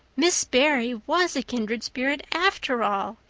miss barry was a kindred spirit, after all,